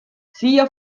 sea